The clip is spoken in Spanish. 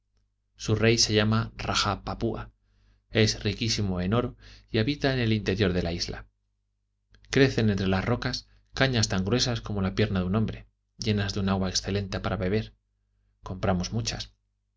su rey se llama raja papua es riquísimo en oro y habita en el interior de la isla crecen entre las rocas cañas tan gruesas como la pierna de un hombre llenas de un agua excelente para beber compramos muchas